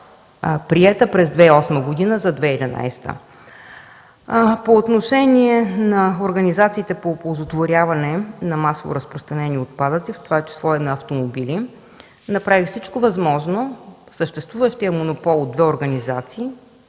приета през 2008 г., за 2011. По отношение на организациите по оползотворяване на масово разпространени отпадъци, в това число и на автомобили, направих всичко възможно съществуващият монопол от две организации